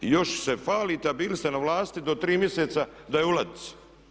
I još se hvalite a bili ste na vlasti do 3 mjeseca da je u ladici.